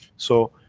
so,